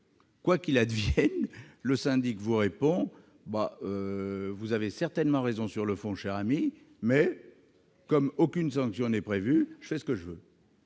des situations, le syndic vous répond :« Vous avez certainement raison sur le fond, cher ami, mais, comme aucune sanction n'est prévue, je fais ce que je veux